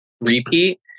repeat